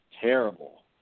terrible